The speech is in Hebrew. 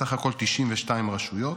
סך הכול 92 רשויות.